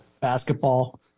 basketball